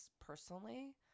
personally